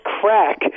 crack